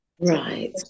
Right